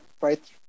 right